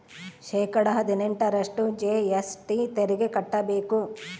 ಶೇಕಡಾ ಹದಿನೆಂಟರಷ್ಟು ಜಿ.ಎಸ್.ಟಿ ತೆರಿಗೆ ಕಟ್ಟ್ಬೇಕು